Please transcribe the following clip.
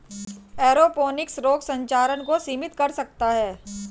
aeroponics रोग संचरण को सीमित कर सकता है